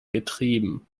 getrieben